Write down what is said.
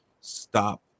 stop